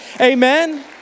Amen